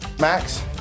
Max